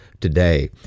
today